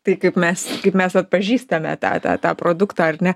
tai kaip mes kaip mes atpažįstame tą tą tą produktą ar ne